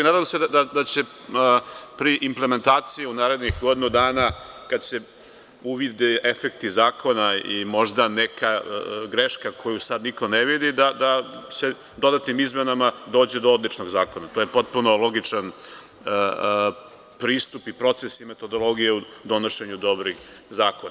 Nadam se da će pri implementaciji u narednih godinu dana kada se uvide efekti zakona i možda neka greška koju sada niko ne vidi da se dodatnim izmenama dođe do odličnog zakona, to je potpuno logičan pristup i proces metodologija u donošenju dobrih zakona.